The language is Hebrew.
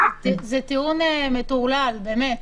זה טיעון מטורלל, באמת.